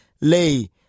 lay